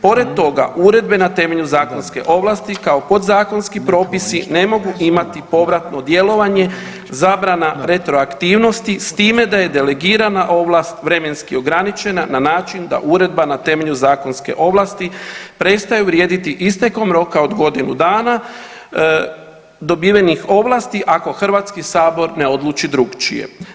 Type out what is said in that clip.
Pored toga uredbe na temelju zakonske ovlasti kao podzakonski propisi ne mogu imati povratno djelovanje, zabrana retroaktivnosti s time da je delegirana ovlast vremenski ograničena na način da uredba na temelju zakonske ovlasti prestaju vrijediti istekom roka od godinu dana dobivenih ovlasti ako HS ne odluči drukčije.